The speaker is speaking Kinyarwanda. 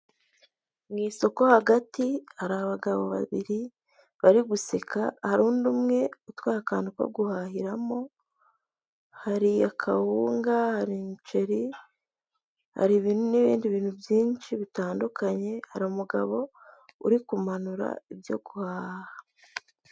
Mu isoko hagati hari abagabo babiri bari guseka hari undi umwe utwaye akantu ko guhahiramo, hari akawunga, hari umuceri, hari n'ibindi bintu byinshi bitandukanye, hari umugabo uri kumanura ibyo guhaha.